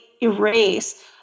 erase